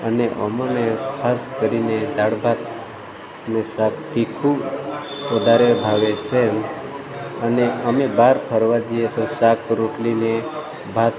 અને અમને ખાસ કરીને દાળ ભાતને શાક તીખું વધારે ભાવે છે અને અમે બજાર ફરવા જઈએ તો શાક રોટલી ને ભાત